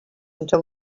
until